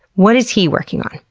what is he working on?